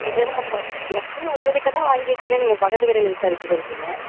இப்போ என்னெண்ணா எப்பேயும் உங்கள் கிட்டே தான் வாங்கிகிட்ருக்கேன் நீங்கள் பக்கத்து கடையில் விசாரிக்க சொல்கிறீங்க